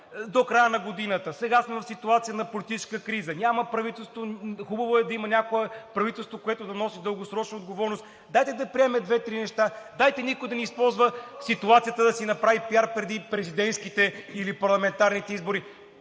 до края на годината! Сега сме в ситуация на политическа криза, няма правителство, хубаво е да има някое правителство, което да носи дългосрочно отговорността, дайте да приемем две-три неща, никой да не използва ситуацията, за да си прави пиар преди президентските или парламентарните избори.